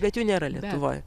bet jų nėra lietuvoj